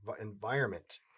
environment